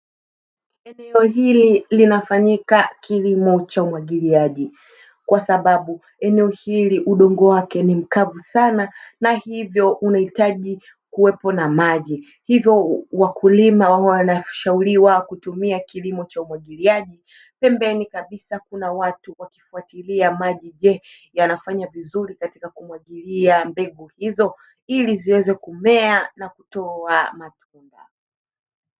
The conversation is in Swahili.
Eneo hili linafanyika kilimo cha umwagiliaji kwa sababu eneo hili udongo wake ni mkavu sana na hivyo unahitaji kuwepo na maji. Hivyo wakulima wameshauriwa kutumia kilimo cha umwagiliaji. Pembeni kabisa kuna watu wakifuatilia maji je yanafanya vizuri katika kumwagilia mbegu hizo ili ziweze kumea na kutoa matunda.